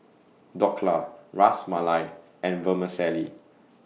Dhokla Ras Malai and Vermicelli